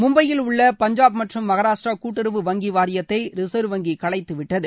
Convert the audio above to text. மும்பையில் உள்ள பஞ்சாப் மற்றும் மகாராஷ்டிரா கூட்டுறவு வங்கி வாரியத்தை ரிசர்வ் வங்கி கலைத்துவிட்டுள்ளது